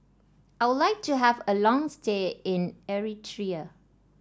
I would like to have a long stay in Eritrea